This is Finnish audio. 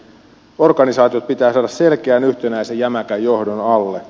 organisaatiot pitää saada selkeän yhtenäisen jämäkän johdon alle